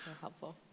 helpful